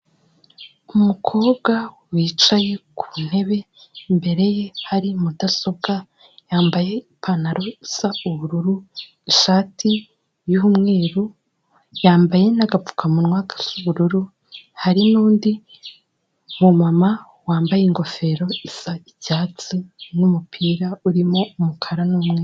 Umukobwa wicaye ku ntebe, imbere ye hari mudasobwa, yambaye ipantaro isa ubururu, ishati y'umweru, yambaye n'agapfukamunwa gasa ubururu, hari n'undi mumama wambaye ingofero isa icyatsi n'umupira urimo umukara n'umweru.